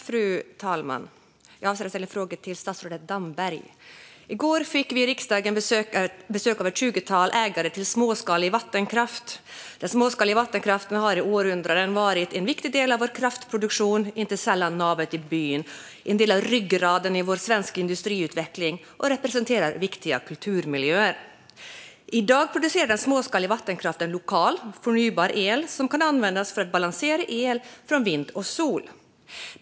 Fru talman! Jag avser att ställa en fråga till statsrådet Damberg. I går fick vi i riksdagen besök av ett tjugotal ägare till småskalig vattenkraft. Den småskaliga vattenkraften har i århundraden varit en viktig del av vår kraftproduktion. Inte sällan har den varit navet i byn och en del av ryggraden i vår svenska industriutveckling, och den representerar viktiga kulturmiljöer. I dag producerar småskalig vattenkraft en lokal förnybar el som kan användas för att balansera el från vind och sol.